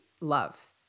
love